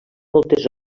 moltes